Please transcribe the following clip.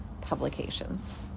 publications